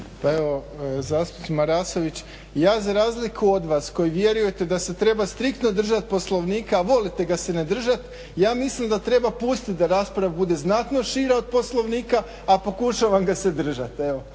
Pa evo zastupnik Marasović ja za razliku od vas koji vjerujete da se treba striktno držati poslovnika, a volite ga se ne držati ja mislim da treba pustiti da rasprava bude znatno šira od Poslovnika, a pokušavam ga se držati,